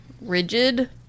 rigid